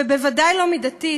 ובוודאי לא מידתית,